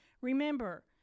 remember